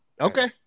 Okay